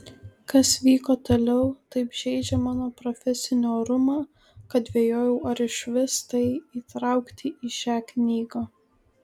kas vyko toliau taip žeidžia mano profesinį orumą kad dvejojau ar išvis tai įtraukti į šią knygą